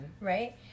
right